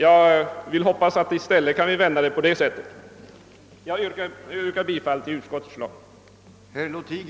Jag hoppas att vi i stället kan vända frågan på det sättet. Jag yrkar bifall till utskottets förslag.